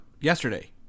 Yesterday